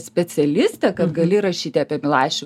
specialistė kad gali rašyti apie milašių